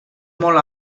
molt